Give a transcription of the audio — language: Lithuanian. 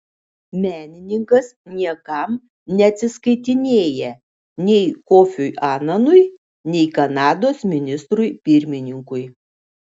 menininkas niekam neatsiskaitinėja nei kofiui ananui nei kanados ministrui pirmininkui